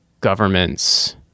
governments